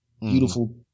beautiful